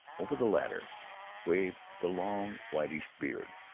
over the latter waved the long whitish beard,